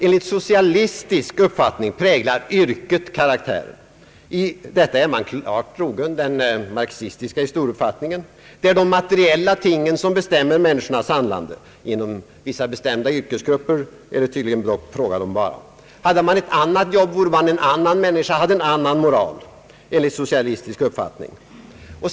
Enligt socialistisk uppfattning präglar yrket karaktären. I detta är man klart trogen den marxistiska historieuppfattningen. Det är de materiella tingen som bestämmer människornas handlande — tydligen är det dock därvid bara fråga om vissa bestämda yrkesgrupper. Hade man ett annat jobb, vore man en annan människa med annan moral, enligt socialistisk uppfattning.